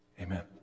Amen